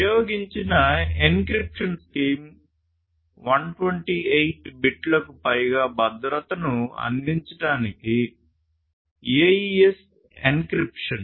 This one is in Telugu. ఉపయోగించిన ఎన్క్రిప్షన్ స్కీమ్ 128 బిట్లకు పైగా భద్రతను అందించడానికి AES ఎన్క్రిప్షన్